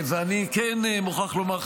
ואני כן מוכרח לומר,